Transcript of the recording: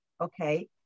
Okay